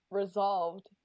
resolved